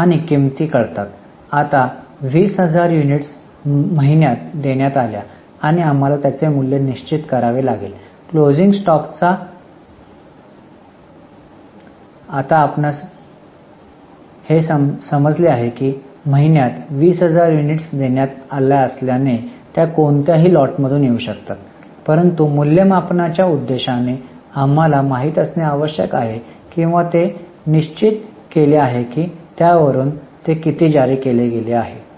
आणि किंमती कळतात आता २०००० युनिट महिन्यात देण्यात आल्या आणि आम्हाला त्याचे मूल्य निश्चित करावे लागेल क्लोजिंग स्टॉकचा आता आपणास हे समजले आहे की महिन्यात २०००० युनिट्स देण्यात आल्या असल्याने त्या कोणत्याही लॉटमधून येऊ शकतात परंतु मूल्यमापनाच्या उद्देशाने आम्हाला माहित असणे आवश्यक आहे किंवा ते निश्चित केले आहे की त्यावरून ते किती जारी केले गेले आहे